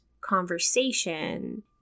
conversation